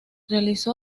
realizó